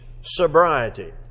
sobriety